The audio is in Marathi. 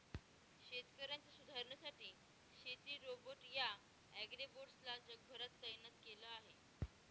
शेतकऱ्यांच्या सुधारणेसाठी शेती रोबोट या ॲग्रीबोट्स ला जगभरात तैनात केल आहे